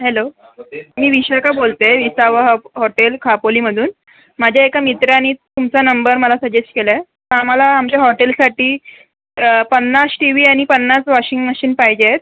hello मी विशाका बोलते आहे विसावा हॉ हॉटेल खापोलीमधून माझ्या एका मित्राने तुमचा नंबर मला सजेस्ट केला आहे तर आम्हाला आमच्या हॉटेलसाठी पन्नास टी वी आणि पन्नास वॉशिंग मशीन पाहिजे आहेत